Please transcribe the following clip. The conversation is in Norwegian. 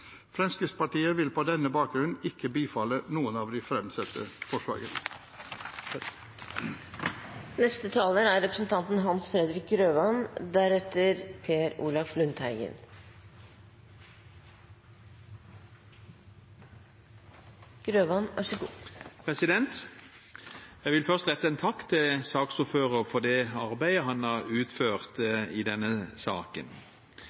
Fremskrittspartiet vil på denne bakgrunn ikke bifalle noen av de fremsatte forslagene. Jeg vil først rette en takk til saksordføreren for det arbeidet han har utført i denne saken. Kristelig Folkeparti vil